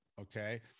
Okay